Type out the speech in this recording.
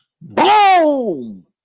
boom